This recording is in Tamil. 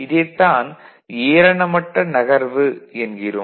இதைத் தான் ஏரணமட்ட நகர்வு என்கிறோம்